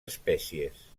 espècies